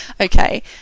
okay